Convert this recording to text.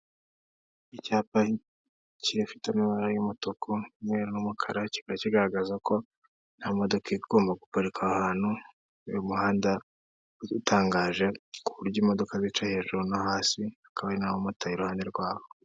Icyapa kifite amabara y'umutukuye n'umukara kikaba kigaragaza ko nta modoka igomba guparika aha hantu, uyu muhanda utangaje ku buryo imodoka bicaye hejuru no hasi hakaba hari n'abamota iruhande rwabo.